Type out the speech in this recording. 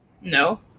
No